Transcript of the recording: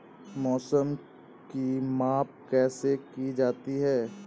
मौसम की माप कैसे की जाती है?